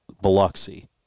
Biloxi